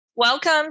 Welcome